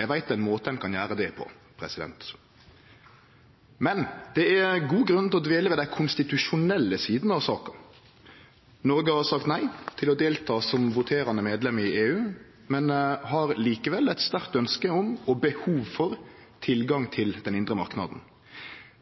Eg veit ein måte ein kan gjere det på. Det er god grunn til å dvele ved dei konstitusjonelle sidene av saka. Noreg har sagt nei til å delta som voterande medlem i EU, men har likevel eit sterkt ønske om og behov for tilgang til den indre marknaden.